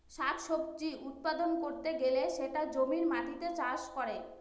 শাক সবজি উৎপাদন করতে গেলে সেটা জমির মাটিতে চাষ করে